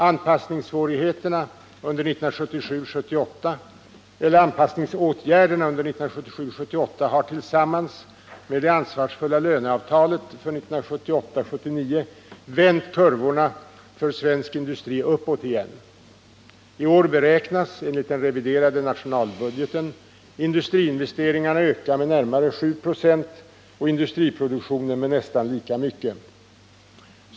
Anpassningsåtgärderna under 1977 och 1978 har tillsammans med det ansvarsfulla löneavtalet för 1978-1979 vänt kurvorna för svensk industri uppåt igen. I år beräknas enligt den reviderade nationalbudgeten industriinvesteringarna öka med närmare 7 96 och industriproduktionen med nästan lika mycket.